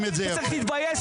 אתה צריך להתבייש,